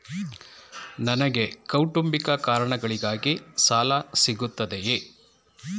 ನನಗೆ ಕೌಟುಂಬಿಕ ಕಾರಣಗಳಿಗಾಗಿ ಸಾಲ ಸಿಗುತ್ತದೆಯೇ?